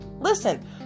Listen